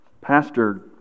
Pastor